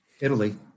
Italy